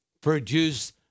Produce